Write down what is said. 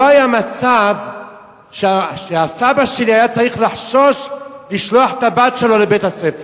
לא היה מצב שהסבא שלי היה צריך לחשוש לשלוח את הבת שלו לבית-הספר.